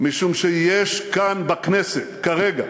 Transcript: משום שיש כאן, בכנסת, כרגע,